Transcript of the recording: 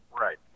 Right